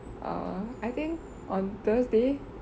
err I think on thursday